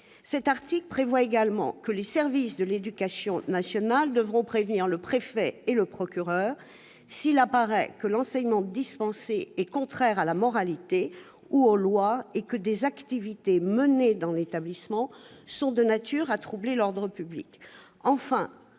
Cet article prévoit également que les services de l'éducation nationale devront prévenir le préfet et le procureur de la République s'il apparaît que l'enseignement dispensé est contraire à la moralité ou aux lois ou que des activités menées au sein de l'établissement sont de nature à troubler l'ordre public.